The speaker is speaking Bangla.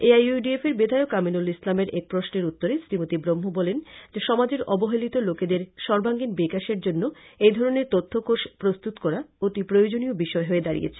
এআইইউডিএফ এর বিধায়ক আমিনল ইসলামের এক প্রশ্নের উত্তরে শ্রীমতি ব্রহ্ম বলেন যে সমাজের অবহেলিত লোকেদের সর্বাঙ্গীন বিকাশের জন্য এধরনের তথ্য কোষ প্রস্তুত করা অতি প্রয়োজনীয় বিষয় হয়ে দাড়িয়েছে